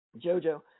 Jojo